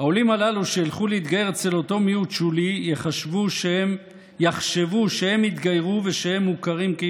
שני שקרנים, שני נוכלים: